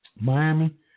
Miami